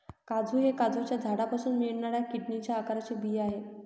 काजू हे काजूच्या झाडापासून मिळणाऱ्या किडनीच्या आकाराचे बी आहे